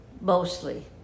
mostly